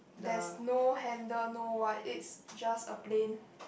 there's no handle no white it's just a plain